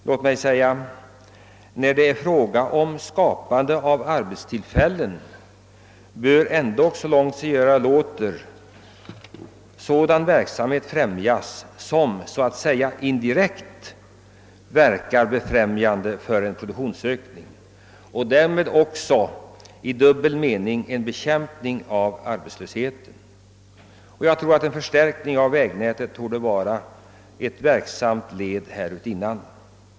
Låt mig emellertid framhålla att man när det gäller att skapa arbetstillfällen ändå så långt sig göra låter bör främja sådan verksamhet, som indirekt befrämjar en produktionsökning och därmed också i dubbel mening innebär en bekämpning av arbetslösheten. Jag tror att en för stärkning av vägnätet skulle vara ett verksamt led härutinnan.